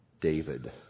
David